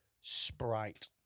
Sprite